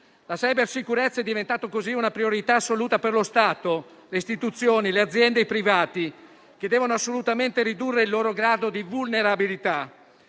La cybersicurezza è diventata così una priorità assoluta per lo Stato, le istituzioni, le aziende e i privati, che devono assolutamente ridurre il loro grado di vulnerabilità.